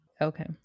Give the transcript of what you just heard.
Okay